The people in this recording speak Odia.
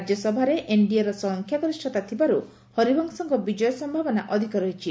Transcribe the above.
ରାଜ୍ୟସଭାରେ ଏନ୍ଡିଏର ସଂଖ୍ୟାଗରିଷ୍ଟତା ଥିବାରୁ ହରିବଂଶଙ୍କ ବିଜୟ ସୟାବନା ଅଧିକ ରହିଛି